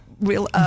real